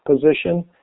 position